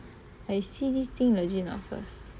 I see this thing legit or not first